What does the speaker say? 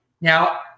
Now